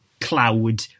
cloud